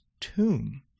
tomb